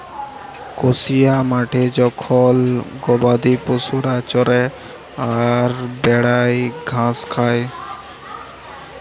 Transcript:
কসিয়া মাঠে জখল গবাদি পশুরা চরে বেড়ায় আর ঘাস খায়